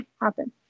happen